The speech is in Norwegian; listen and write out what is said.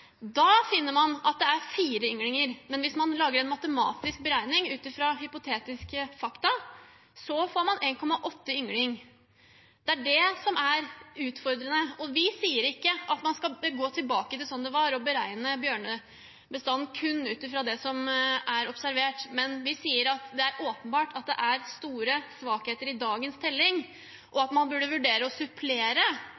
da finner man at det er fire ynglinger. Men hvis man lager en matematisk beregning ut fra hypotetiske fakta, får man 1,8 ynglinger. Det er det som er utfordrende. Vi sier ikke at man skal gå tilbake til sånn det var, og beregne bjørnebestanden kun ut fra det som er observert, men vi sier at det er åpenbart at det er store svakheter i dagens telling, og